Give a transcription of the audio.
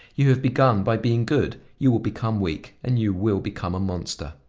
you have begun by being good, you will become weak, and you will become a monster.